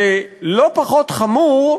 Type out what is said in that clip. ולא פחות חמור,